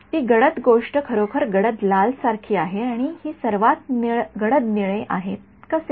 ती गडद गोष्ट खरोखर गडद लाल सारखी आहे आणि ही सर्वात गडद निळे आहे कसे